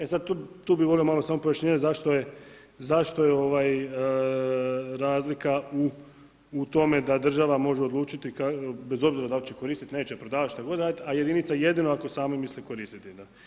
E sad, tu bih volio malo samo pojašnjenje zašto je razlika u tome da država može odlučiti bez obzira da li će koristi, neće, prodavat, što god radit, a jedinica jedino ako sami misle koristiti.